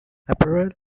apparel